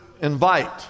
invite